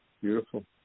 Beautiful